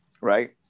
right